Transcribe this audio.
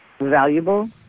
valuable